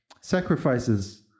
sacrifices